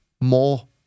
more